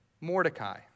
Mordecai